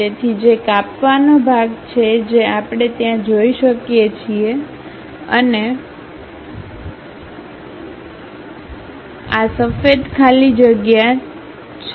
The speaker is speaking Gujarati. તેથી જે કાપવા નો ભાગ છે જે આપણે ત્યાં જોઈ શકીએ છીએ અને આ સફેદ ખાલી જગ્યા તે સફેદ ખાલી જગ્યા તે છે